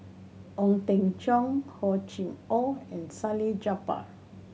Ong Teng Cheong Hor Chim Or and Salleh Japar